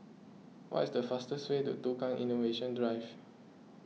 what is the fastest way to Tukang Innovation Drive